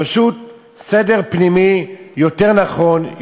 פשוט סדר פנימי יותר נכון,